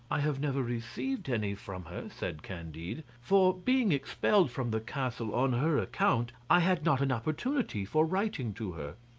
i have never received any from her, said candide, for being expelled from the castle on her account i had not an opportunity for writing to her.